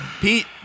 Pete